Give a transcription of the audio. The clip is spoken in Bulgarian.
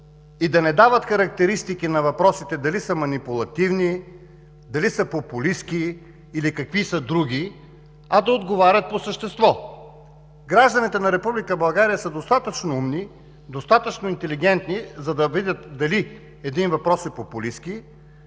и да не дават характеристики на въпросите – дали са манипулативни, дали са популистки или други, а да отговарят по същество. Гражданите на Република България са достатъчно умни, достатъчно интелигентни, за да видят дали един въпрос е популистки,